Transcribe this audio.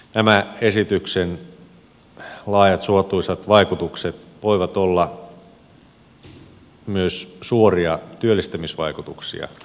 nämä esityksen laajat suotuisat vaikutukset voivat olla myös suoria työllistämisvaikutuksia paljon laajempia